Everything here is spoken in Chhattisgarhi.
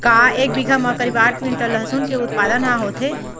का एक बीघा म करीब आठ क्विंटल लहसुन के उत्पादन ह होथे?